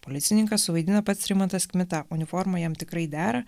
policininką suvaidina pats rimantas kmita uniforma jam tikrai dera